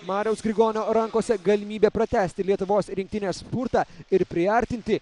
mariaus grigonio rankose galimybė pratęsti lietuvos rinktinės spurtą ir priartinti